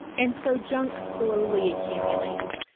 and so, junk slowly accumulates.